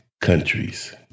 countries